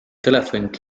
telefonid